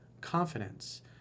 confidence